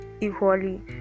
equally